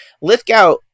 Lithgow